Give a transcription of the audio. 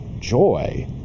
joy